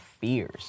fears